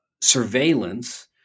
surveillance